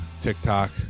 TikTok